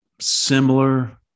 similar